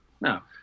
Now